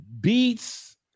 Beats